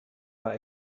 war